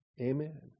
Amen